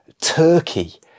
Turkey